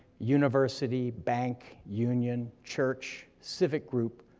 university, bank, union, church, civic group,